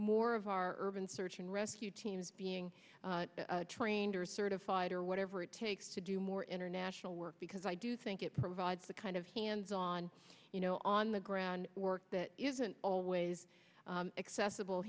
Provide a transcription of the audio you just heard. more of our urban search and rescue teams being trained or certified or whatever it takes to do more international work because i do think it provides the kind of hands on you know on the ground work that isn't always accessible